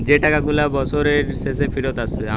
যে টাকা গুলা বসরের শেষে ফিরত আসে